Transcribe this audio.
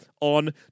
on